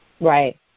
Right